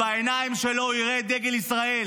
שבעיניים שלו הוא יראה את דגל ישראל,